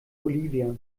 olivia